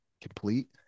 complete